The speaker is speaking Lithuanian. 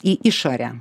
į išorę